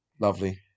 lovely